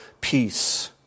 peace